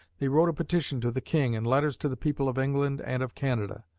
they wrote a petition to the king and letters to the people of england and of canada.